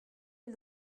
est